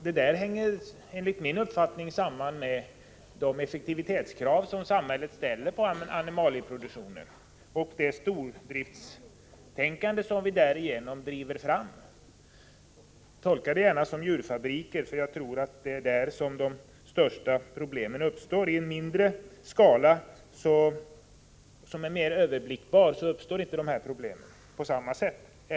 Detta hänger enligt min uppfattning samman med de effektivitetskrav som samhället ställer på animalieproduktionen och det stordriftstänkande som vi därigenom tvingar fram. Tolka det gärna så att det är fråga om djurfabriker, för jag tror att det är där som de största problemen uppstår. Vid produktion i en mindre skala, som är mer överblickbar, uppstår inte de här problemen på samma sätt.